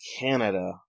Canada